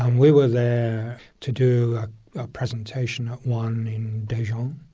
um we were there to do a presentation at one in daejeon,